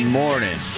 morning